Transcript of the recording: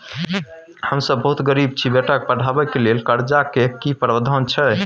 हम सब बहुत गरीब छी, बेटा के पढाबै के लेल कर्जा के की प्रावधान छै?